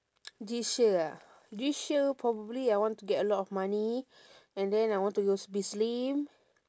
this year ah this year probably I want to get a lot money and then I want to als~ be slim